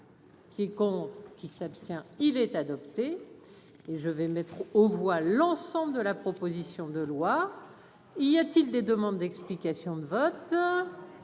Qui compte qui s'abstient, il est adopté et je vais mettre aux voix l'ensemble de la proposition de loi, il y a-t-il des demandes d'explications de vote,